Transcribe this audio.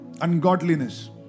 ungodliness